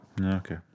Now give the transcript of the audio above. Okay